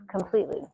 completely